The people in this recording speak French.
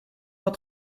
pas